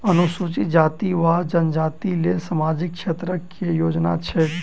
अनुसूचित जाति वा जनजाति लेल सामाजिक क्षेत्रक केँ योजना छैक?